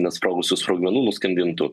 nesprogusių sprogmenų nuskandintų